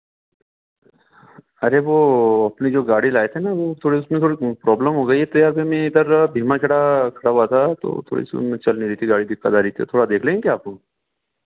अरे वह अपनी जो गाड़ी लाए थे ना वह थोड़े उसमें थोड़े प्रॉब्लम हो गई है तो यहाँ पर मैं इधर भीमा थोड़ा खड़ा हुआ था तो थोड़ी सी चल नहीं रही थी गाड़ी दिक्कत आ रही थी थोड़ा देख लेंगे क्या आप लोग